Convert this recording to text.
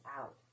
out